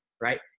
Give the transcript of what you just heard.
right